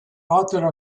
author